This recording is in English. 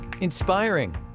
Inspiring